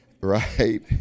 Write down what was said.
Right